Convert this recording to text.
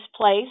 place